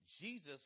Jesus